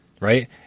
Right